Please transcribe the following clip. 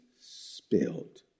spilled